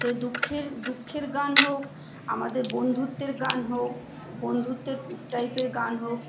সে দুঃখের দুঃখের গান হোক আমাদের বন্ধুত্বের গান হোক বন্ধুত্বের টাইপের গান হোক